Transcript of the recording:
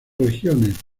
regiones